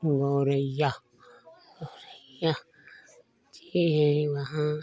गौरैया गौरैया पक्षी है वहाँ